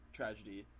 tragedy